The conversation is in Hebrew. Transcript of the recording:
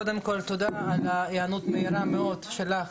קודם כל תודה על ההיענות המהירה מאוד שלך